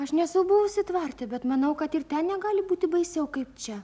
aš nesu buvusi tvarte bet manau kad ir ten negali būti baisiau kaip čia